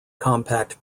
compact